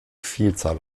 vielzahl